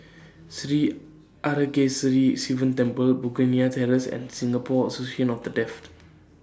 Sri Arasakesari Sivan Temple Begonia Terrace and Singapore Association of The Deaf